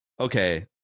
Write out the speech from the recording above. okay